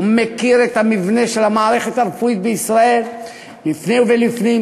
הוא מכיר את המבנה של המערכת הרפואית בישראל לפני ולפנים,